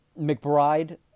McBride